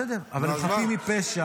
בסדר, אבל הם חפים מפשע.